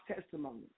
testimony